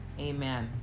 Amen